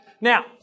Now